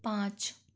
पाँच